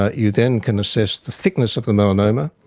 ah you then can assess the thickness of the melanoma,